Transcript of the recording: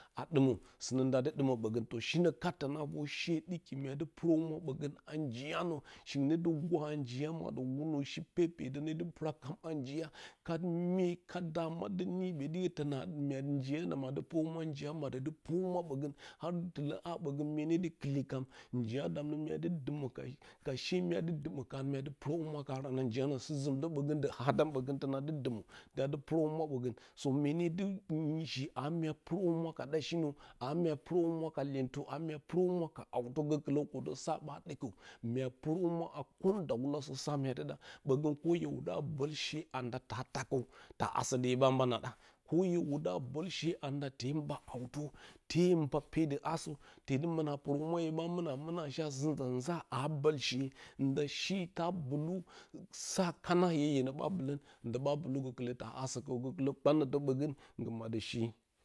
A dumə sɨnə ndadɨ dɨmə oɓogən to shinə kat tonə vor she ɗiki mya dɨ purohəmwa ɓogə a njiya nə shinguə ndɨ guraha a njiyanə a njiya maddə wɨnə shi pepetə wedɨ pura kam a njiya kat mye kat dama ndɨ niyi ɓodi tona njiya madə ndɨ purəhumwa njiya maɗə purahumwa ɓogən tɨlə ha bəgən myene dɨ kɨi kam njiya um nə mya dɨ dɨmə ka ka she, mya dɨ dɨmə karə mya dɨ purohumwa karən a njiya nə sɨzumɨə ɓosə dɨ hadam ɓogə təna dɨ dɨmə ta dɨ purohumma sogən so mye ne dɨ nysishi a mya purəhumwa ka dashinə a mya puro humwa ka iyentə a mya purohumuh ka hawtə gəkilə sa ɓa dɨkə mya puroo humura a kəndawulasə sa mya dɨ da. Bəgə ko yə wuda bolshe andu ta taa kəw ta asə də hye ɓa ban a ɗa hye wuda boshe anda te mba hawtə te te mba pedə asə te dɨ mɨna purohumwa ɓa mina muna a shi a sɨ riza, nza aa bolshe nda shi ta bitu sa kana hye hyenə ɓa mbilə ndɨ ɓa bidu gəliah da aeə kəw lə kpanətə ɓəgən ngɨ maɗlə shi.